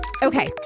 Okay